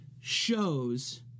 shows